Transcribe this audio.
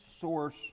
source